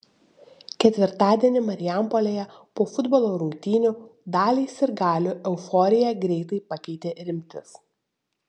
ketvirtadienį marijampolėje po futbolo rungtynių daliai sirgalių euforiją greitai pakeitė rimtis